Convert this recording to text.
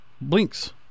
Blink's